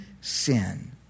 sin